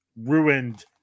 ruined